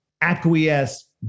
acquiesce